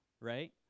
right